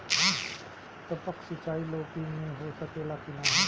टपक सिंचाई लौकी में हो सकेला की नाही?